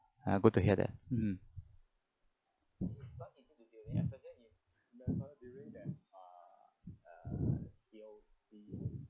uh good to hear that mmhmm